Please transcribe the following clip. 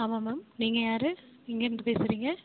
ஆமாம் மேம் நீங்கள் யார் எங்கேயிருந்து பேசுகிறிங்க